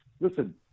Listen